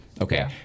Okay